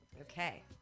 Okay